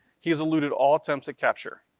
he has eluded all attempts at capture.